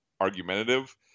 argumentative